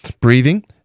breathing